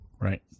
Right